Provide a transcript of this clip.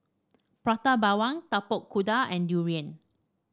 Prata Bawang Tapak Kuda and durian